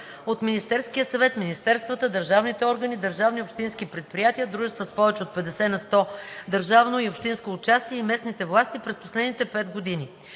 от Министерския съвет, министерствата, държавните органи, държавни и общински предприятия, дружества с повече от 50 на сто държавно и общинско участие и местните власти през последните 5 години.